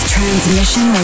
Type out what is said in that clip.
Transmission